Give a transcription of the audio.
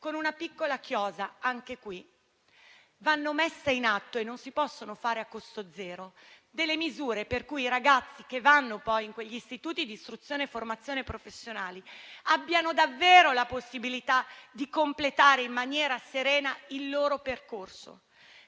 qui, una piccola chiosa: vanno messe in atto misure, che non si possono fare a costo zero, tali per cui i ragazzi che vanno in quegli istituti di istruzione e formazione professionali abbiano davvero la possibilità di completare in maniera serena il loro percorso.